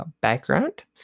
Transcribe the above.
background